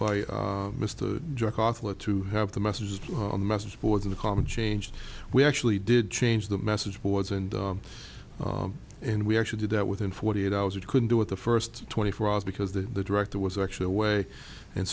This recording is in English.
author to have the messages on the message boards in the common changed we actually did change the message boards and and we actually did that within forty eight hours you couldn't do it the first twenty four hours because the director was actually away and